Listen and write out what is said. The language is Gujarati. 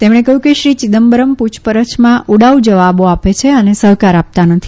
તેમણે કહ્યું કે શ્રી ચિદમ્બરમ પૂછપરછમાં ઉડાઉ જવાબો આપે છે અને સહકાર આપતા નથી